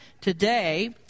today